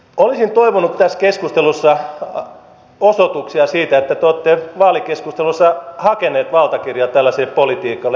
olisin toivonut tässä keskustelussa osoituksia siitä että te olette vaalikeskusteluissa hakeneet valtakirjaa tällaiselle politiikalle